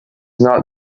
not